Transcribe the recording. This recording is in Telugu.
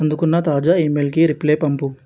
అందుకున్న తాజా ఈమెయిల్కి రిప్లై పంపు